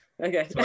Okay